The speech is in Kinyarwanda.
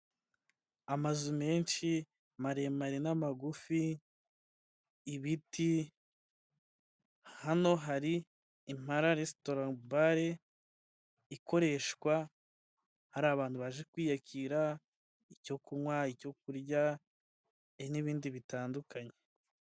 Amazu menshi, maremare n'amagufi, ibiti, hano hari impara resitora bari ikoreshwa. Hari abantu baje kwiyakira icyo kunywa icyo kurya n'ibindi bitandukanye.